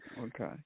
Okay